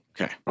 Okay